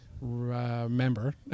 Remember